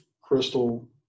Crystal